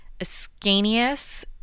Ascanius